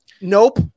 Nope